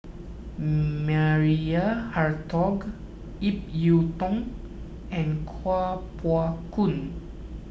Maria Hertogh Ip Yiu Tung and Kuo Pao Kun